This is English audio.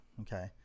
Okay